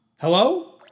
Hello